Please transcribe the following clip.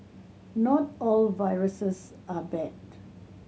not all viruses are bad